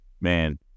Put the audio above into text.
man